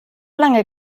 lange